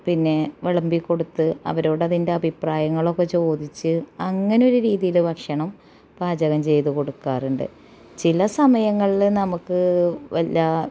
പിന്നെ വിളമ്പി കൊടുത്ത് അവരോടതിന്റെ അഭിപ്രായങ്ങളൊക്കെ ചോദിച്ച് അങ്ങനെ ഒരു രീതിയില് ഭക്ഷണം പാചകം ചെയ്ത് കൊടുക്ക് ചില സമയങ്ങളില് നമുക്ക് വല്ല